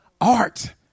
art